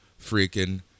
freaking